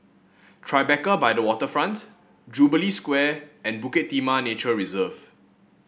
Tribeca by the Waterfront Jubilee Square and Bukit Timah Nature Reserve